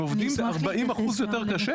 הם עובדים 40% יותר קשה.